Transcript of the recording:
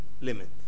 limit